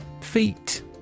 Feet